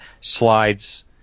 slides